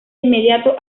inmediato